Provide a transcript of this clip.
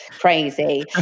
crazy